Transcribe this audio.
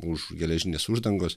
už geležinės uždangos